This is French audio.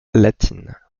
latine